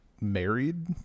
married